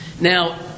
Now